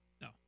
no